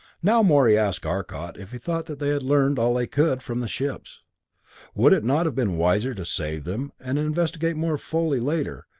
now morey asked arcot if he thought that they had learned all they could from the ships would it not have been wiser to save them, and investigate more fully later,